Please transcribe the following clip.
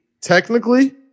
Technically